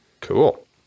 Cool